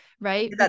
right